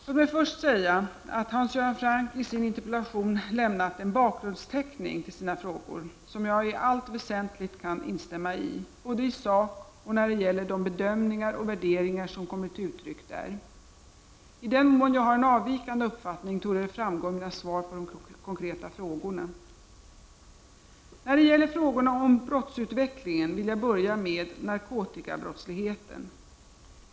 Låt mig först säga att Hans Göran Franck i sin interpellation lämnat en bakgrundsteckning till sina frågor, som jag i allt väsentligt kan instämma i — både i sak och när det gäller de bedömningar och värderingar som kommer till uttryck där. I den mån jag har en avvikande uppfattning torde det framgå av mina svar på de konkreta frågorna. När det gäller frågorna om brottsutvecklingen vill jag börja med narkotikabrottsligheten.